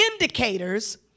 indicators